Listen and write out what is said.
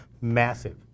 massive